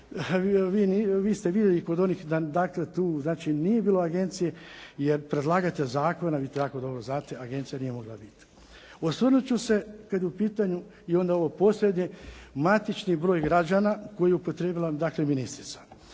Vi ste vidjeli kod onih, dakle tu nije bilo agencije jer predlagatelj zakona vi to jako dobro znate agencija nije mogla biti. Osvrnut ću se kad je u pitanju i onda ovo posljednje matični broj građana koji je upotrijebila dakle ministrica.